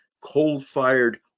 cold-fired